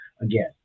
again